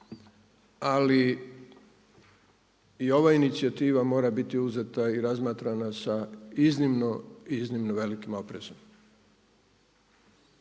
ali i ova inicijativa mora biti uzeta i razmatrana sa iznimno, iznimno velikim oprezom.